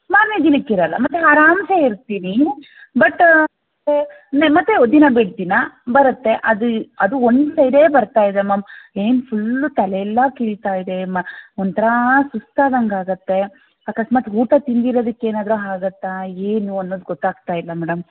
ಮಾರನೇ ದಿನಕ್ಕೆ ಇರಲ್ಲ ಮತ್ತೆ ಆರಾಮ್ಸೆ ಇರ್ತೀನಿ ಬಟ ಮತ್ತೆ ದಿನ ಬಿಟ್ಟು ದಿನ ಬರುತ್ತೆ ಅದು ಅದು ಒನ್ ಸೈಡೇ ಬರ್ತಾಯಿದೆ ಮ್ಯಾಮ್ ಏನು ಫುಲ್ಲು ತಲೆಯೆಲ್ಲ ಕೆರೀತಾ ಇದೆ ಮ ಒಂಥರ ಸುಸ್ತು ಆದಂಗೆ ಆಗುತ್ತೆ ಅಕಸ್ಮಾತ್ ಊಟ ತಿಂದಿರೋದಕ್ಕೆ ಏನಾದ್ರೂ ಆಗತ್ತಾ ಏನು ಅನ್ನೋದು ಗೊತ್ತಾಗ್ತಾಯಿಲ್ಲ ಮೇಡಮ್